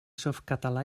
softcatalà